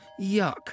yuck